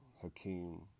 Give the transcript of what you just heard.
Hakeem